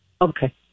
Okay